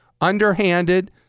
underhanded